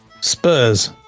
Spurs